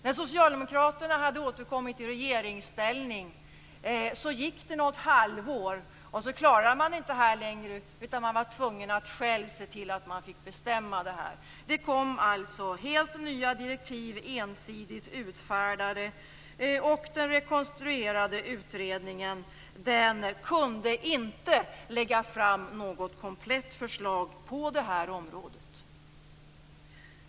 När socialdemokraterna hade återkommit i regeringsställning gick det något halvår, sedan klarade man inte detta längre, utan man var tvungen att se till att man själv fick bestämma. Det kom alltså helt nya direktiv ensidigt utfärdade, och den rekonstruerade utredningen kunde inte lägga fram något komplett förslag på det här området.